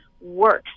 works